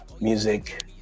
music